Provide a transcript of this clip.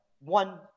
One